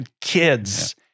kids